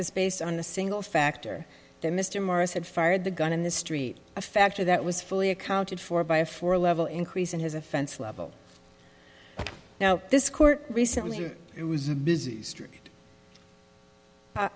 was based on the single factor that mr morris had fired the gun in the street a factor that was fully accounted for by a four level increase in his offense level now this court recently it was a busy street